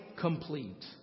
complete